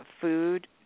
food